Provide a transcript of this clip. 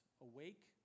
awake